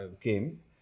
came